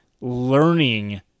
learning